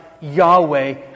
Yahweh